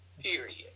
Period